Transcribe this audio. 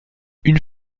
une